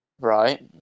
Right